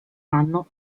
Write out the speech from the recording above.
anno